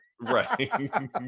Right